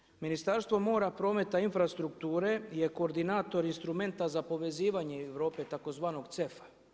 Osim toga, Ministarstvo mora, prometa i infrastrukture je koordinator instrumenta za povezivanje Europe, tzv. CEF-a.